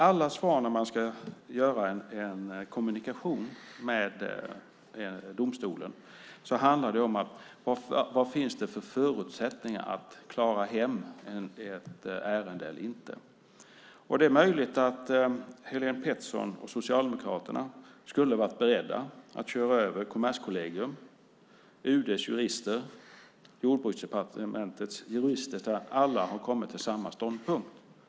Alltid när man kommunicerar med domstolen handlar det om vilka förutsättningar som finns för att klara hem ett ärende eller inte. Det är möjligt att Helén Pettersson och Socialdemokraterna skulle ha varit beredda att köra över Kommerskollegium, UD:s och Jordbruksdepartementets jurister som alla har kommit till samma ståndpunkt.